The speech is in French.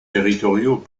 territoriaux